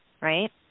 Right